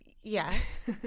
Yes